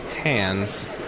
hands